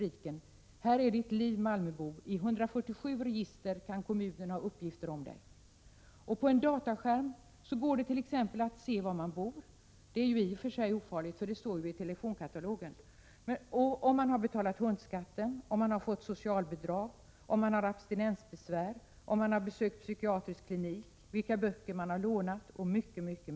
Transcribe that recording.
Rubriken löd: ”Här är ditt liv, malmöbo — i 147 register kan kommunen ha uppgifter om dig.” På en dataskärm går det att se var man bor — detta är i och för sig ofarligt, eftersom det ju också står i telefonkatalogen —, om man har betalt hundskatten, om man har fått socialbidrag, om man har abstinensbesvär, om man har besökt psykiatrisk klinik, vilka böcker man har lånat och mycket mer.